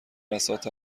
بساط